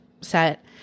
set